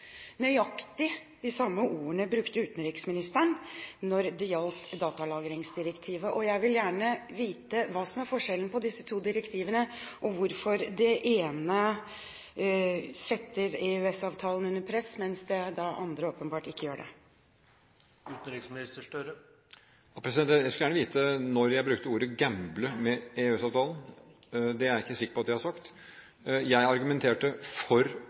Nøyaktig de samme ordene brukte utenriksministeren når det gjaldt datalagringsdirektivet. Jeg vil gjerne vite hva som er forskjellen på disse to direktivene, og hvorfor det ene setter EØS-avtalen under press, mens det andre åpenbart ikke gjør det. Jeg skulle gjerne vite når jeg brukte ordet gamble med EØS-avtalen. Det er jeg ikke sikker på at jeg har sagt. Jeg argumenterte for